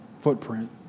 footprint